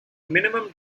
minimum